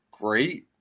great